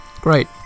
Great